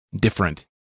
different